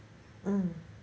mm